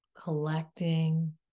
Collecting